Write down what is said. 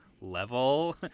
level